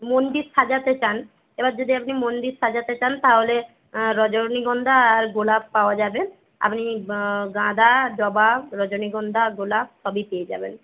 মন্দির সাজাতে চান এবার যদি আপনি মন্দির সাজাতে চান তাহলে রজনীগন্ধা আর গোলাপ পাওয়া যাবে আপনি গাঁদা জবা রজনীগন্ধা গোলাপ সবই পেয়ে যাবেন